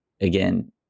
again